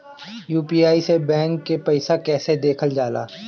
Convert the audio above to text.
UPI से bank के पैसा कैसे देखल जाला?